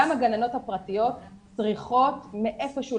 גם הגננות הפרטיות צריכות מאיפה שהוא,